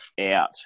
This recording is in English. out